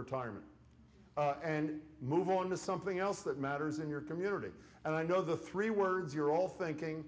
retirement and move on to something else that matters in your community and i know the three words you're all thinking